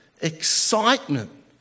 excitement